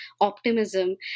optimism